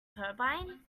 turbine